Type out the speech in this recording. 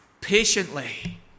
patiently